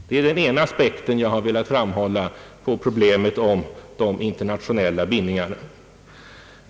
Detta är den ena aspekten på problemet om de internationella bindningarna.